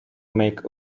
make